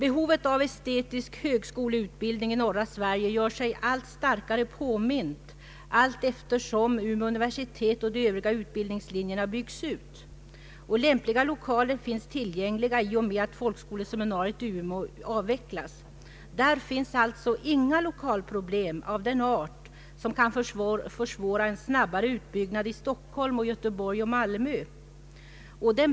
ning i norra Sverige gör sig allt starkare påmint allteftersom Umeå universitet och de övriga utbildningsanstalterna byggs ut. Lämpliga lokaler finns tillgängliga i och med att folkskoleseminariet i Umeå avvecklas. Där finns inga lokalproblem av den art som kan försvåra en snabbare utbyggnad i Stockholm, Göteborg och Malmö.